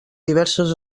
diverses